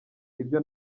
ibyo